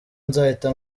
nzahita